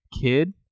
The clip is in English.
kid